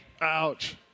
Ouch